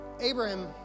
Abraham